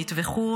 נטבחו,